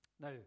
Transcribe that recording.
Now